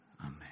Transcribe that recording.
Amen